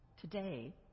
Today